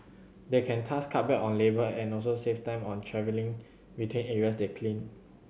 they can thus cut back on labour and also save time on travelling between areas they clean